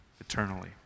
eternally